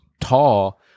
tall